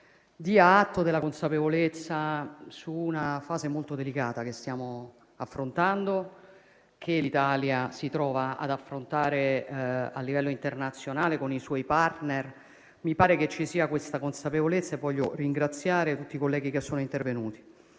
dia atto della consapevolezza della fase molto delicata che l'Italia si trova ad affrontare a livello internazionale con i suoi *partner*. Mi pare che ci sia questa consapevolezza e voglio ringraziare tutti i colleghi che sono intervenuti.